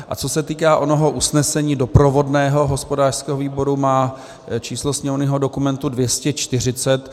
A co se týká onoho usnesení doprovodného hospodářského výboru, má číslo sněmovního dokumentu 240.